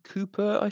Cooper